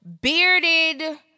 bearded